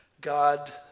God